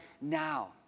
now